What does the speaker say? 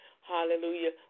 hallelujah